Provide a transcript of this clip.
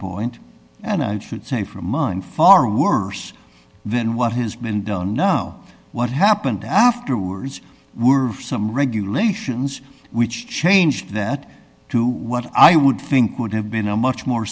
point say for a month far worse than what has been don't know what happened afterwards were some regulations which changed that to what i would think would have been a much more